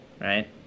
right